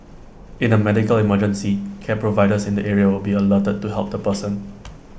in A medical emergency care providers in the area would be alerted to help the person